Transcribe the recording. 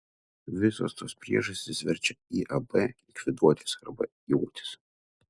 visos tos priežastys verčia iab likviduotis arba jungtis